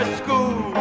school